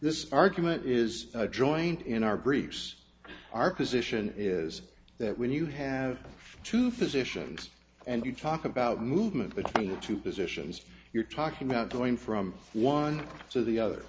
this argument is a joint in our briefs our position is that when you have two physicians and you talk about movement between the two positions you're talking about going from one to the other